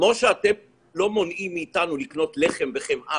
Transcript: כמו שאתם לא מונעים מאיתנו לקנות לחם וחלב